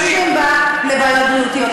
כי הם משתמשים בה לטיפול בבעיות בריאותיות.